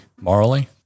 morally